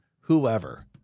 whoever